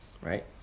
right